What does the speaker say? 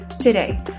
today